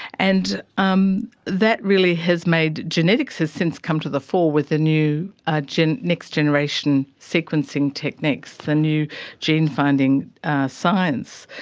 and um that really has made, genetics has since come to the fore with ah new ah next-generation sequencing techniques, the new gene finding science,